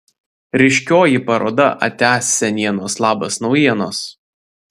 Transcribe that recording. ryškioji paroda atia senienos labas naujienos